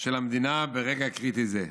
של המדינה ברגע קריטי זה".